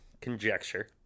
Conjecture